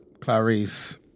Clarice